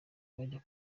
bajya